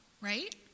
right